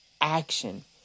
action